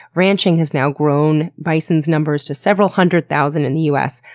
ranching has now grown bison's numbers to several hundred thousand in the us,